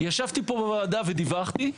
ישבתי פה בוועדה ודיווחתי.